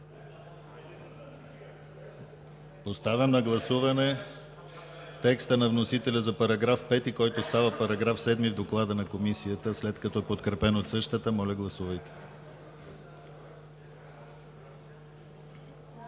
Поставям на гласуване текста на вносителя за § 5, който става § 7 в доклада на Комисията, след като е подкрепен от същата. Гласували